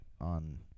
on